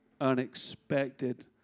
unexpected